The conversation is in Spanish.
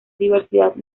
diversidad